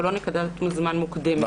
ולא נקודת זמן מוקדמת יותר.